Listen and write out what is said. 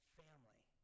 family